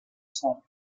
sòl